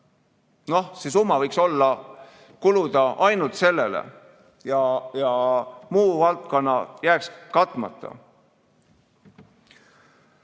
Noh, see summa võiks kuluda ainult sellele ja muu valdkond jääks katmata.